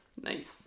Nice